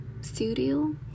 studio